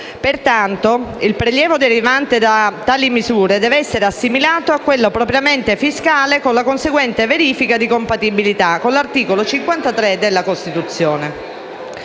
Pertanto, il prelievo derivante da tali misure deve essere assimilato a quello propriamente fiscale con la conseguente verifica di compatibilità con l'articolo 53 della Costituzione.